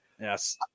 Yes